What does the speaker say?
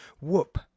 Whoop